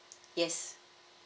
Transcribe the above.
yes